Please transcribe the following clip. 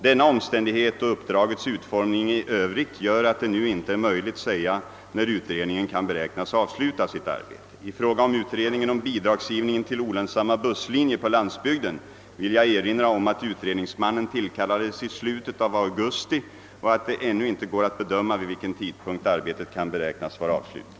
Denna omständighet och uppdragets utformning i Övrigt gör att det nu inte är möjligt säga när utredningen kan beräknas avsluta sitt arbete. I fråga om utredningen om bidragsgivningen till olönsamma busslinjer på landsbygden vill jag erinra om att utredningsmannen tillkallades i slutet av augusti och att det ännu inte går att bedöma vid vilken tidpunkt arbetet kan beräknas vara avslutat.